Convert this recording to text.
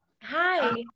Hi